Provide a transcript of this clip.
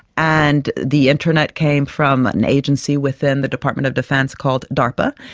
and the internet came from an agency within the department of defence called darpa,